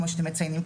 כמו שאתם מציינים,